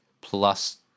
plus